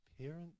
Parents